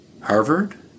Harvard